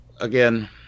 again